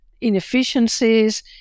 inefficiencies